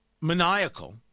maniacal